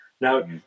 Now